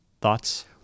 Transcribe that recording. Thoughts